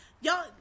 y'all